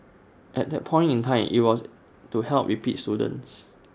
at that point in time IT was to help repeat students